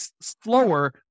slower